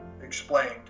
explained